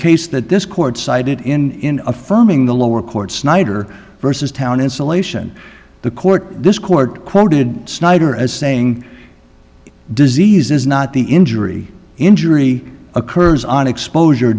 case that this court cited in affirming the lower court's snyder versus town insolation the court this court quoted snyder as saying disease is not the injury injury occurs on exposure